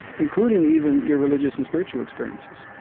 including even your religious and spiritual experiences